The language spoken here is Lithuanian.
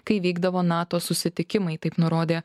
kai vykdavo nato susitikimai taip nurodė